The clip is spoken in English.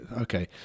okay